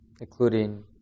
including